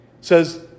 says